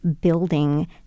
building